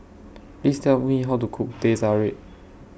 Please Tell Me How to Cook Teh Tarik